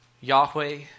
Yahweh